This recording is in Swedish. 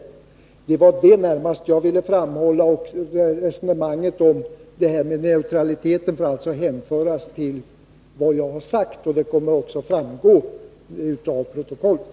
Och det var närmast detta jag ville framhålla. Resonemanget om neutralitet får alltså hänföras till vad jag har sagt, och det kommer också att framgå av protokollet.